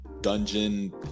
dungeon